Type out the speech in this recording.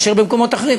מאשר במקומות אחרים.